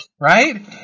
right